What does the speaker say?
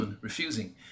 refusing